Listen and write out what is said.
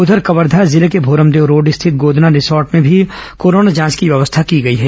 उधर कवर्धा जिले में मोरमदेव रोड स्थित गोदना रिसार्ट में भी कोरोना जांच की व्यवस्था की गई है